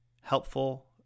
helpful